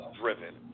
driven